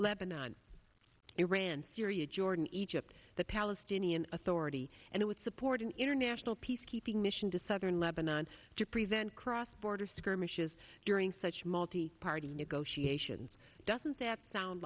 lebanon iran syria jordan egypt the palestinian authority and it would support an international peacekeeping mission to southern lebanon to prevent cross border skirmishes during such multi party negotiations doesn't that sound